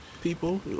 people